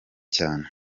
cyane